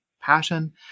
passion